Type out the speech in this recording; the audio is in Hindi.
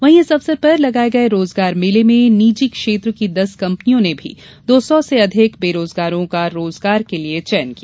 वहीं इस अवसर पर लगाये गये रोजगार मेले में निजी क्षेत्र की दस कंपनियों ने भी दौ सौ से अधिक बेरोजगारों का रोजगार के लिये चयन किया